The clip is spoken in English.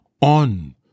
on